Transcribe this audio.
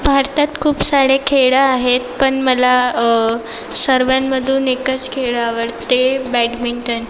भारतात खूप सारे खेळ आहेत पण मला सर्वांमधून एकच खेळ आवडते बॅडमिंटन